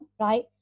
right